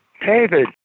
David